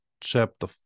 chapter